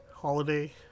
holiday